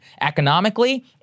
Economically